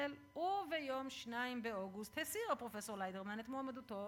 ב-2 באוגוסט הסיר הפרופסור ליידרמן את מועמדותו